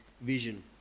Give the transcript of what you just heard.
vision